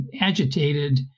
agitated